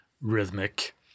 rhythmic